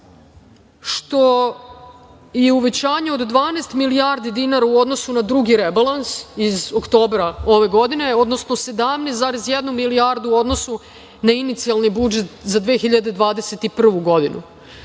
što je uvećanje od 12 milijardi dinara u odnosu na 2. rebalans iz oktobra ove godine, odnosno 17,1 milijardu u odnosu na inicijalni budžet za 2021. godinu.